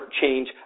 change